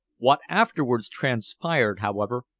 what afterwards transpired, however,